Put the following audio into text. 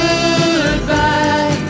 Goodbye